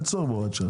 אין צורך בהוראת שעה.